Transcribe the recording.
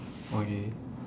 okay